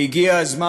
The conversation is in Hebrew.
והגיע הזמן,